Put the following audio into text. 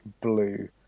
blue